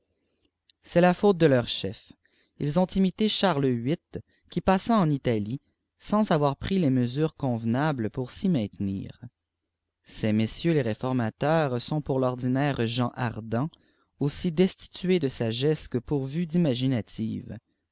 c'est la faute de leurs chefs ils ont imité charles viii qui passa en italie sans avoir pris les mesures convenables pour s'y maintenir ces messieurs les réformateurs sont pour l'ordinaire gens ardents aussi destitués de sagesse que pourvus d'imaginative